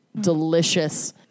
Delicious